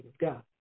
God